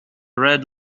red